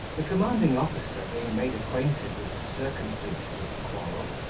the commanding officer being made acquainted with the circumstances of the quarrel,